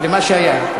למה שהיה.